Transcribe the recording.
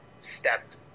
stepped